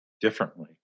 differently